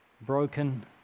broken